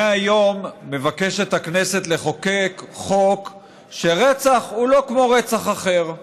היום מבקשת הכנסת לחוקק חוק שרצח הוא לא כמו רצח אחר,